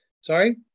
sorry